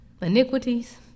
iniquities